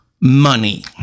money